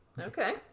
Okay